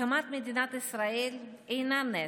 הקמת מדינת ישראל אינה נס.